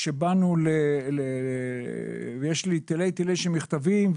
כשבאנו - יש לי תלי תלים של מכתבים,